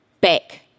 back